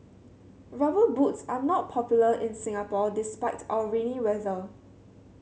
Rubber Boots are not popular in Singapore despite our rainy weather